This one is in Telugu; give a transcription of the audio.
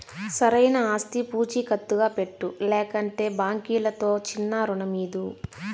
సరైన ఆస్తి పూచీకత్తుగా పెట్టు, లేకంటే బాంకీలుతో చిన్నా రుణమీదు